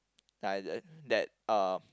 that uh